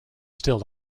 still